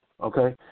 Okay